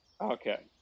Okay